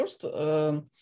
First